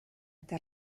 eta